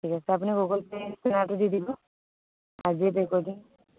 ঠিক আছে আপুনি গুগল পে' স্কেনাৰটো দি দিব আৰু জিপে' কৰি দিম